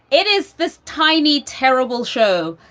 it is this tiny, terrible show.